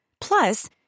Plus